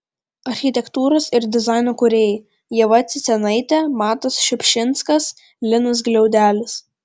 architektūros ir dizaino kūrėjai ieva cicėnaitė matas šiupšinskas linas gliaudelis